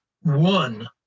one